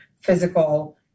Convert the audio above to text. physical